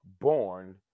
born